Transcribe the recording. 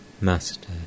Master